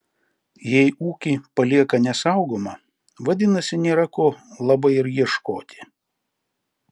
jei ūkį palieka nesaugomą vadinasi nėra ko labai ir ieškoti